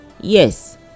yes